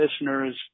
listeners